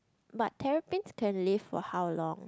but terrapins can live for how long